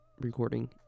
recording